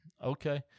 Okay